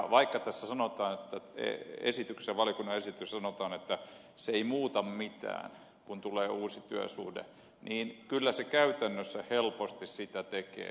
vaikka tässä valiokunnan esityksessä sanotaan että se ei muuta mitään niin kun tulee uusi työsuhde kyllä se käytännössä helposti sitä tekee